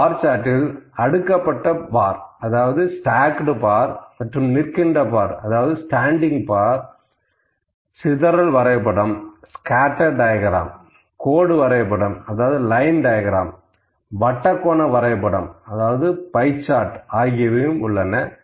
இங்கே அடுக்கப்பட்ட stacked bar நிற்கின்ற ஸ்டாண்டிங் பார் சிதறல் வரைபடம் கோடு வரைபடம் வட்டக்கோண வரைபடம் பை சார்ட் ஆகியவையும் உள்ளன